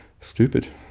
Stupid